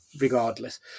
regardless